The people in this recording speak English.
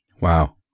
Wow